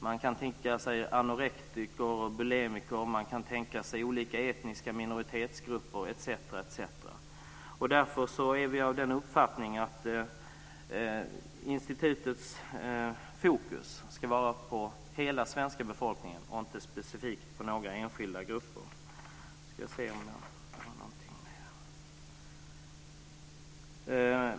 Man kan tänka sig anorektiker, bulimiker, olika etniska minoritetsgrupper etc. Därför är vi av den uppfattningen att institutets fokus ska vara på hela svenska befolkningen och inte specifikt på några enskilda grupper.